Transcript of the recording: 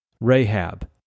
Rahab